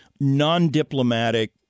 non-diplomatic